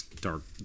dark